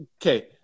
okay